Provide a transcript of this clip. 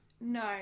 No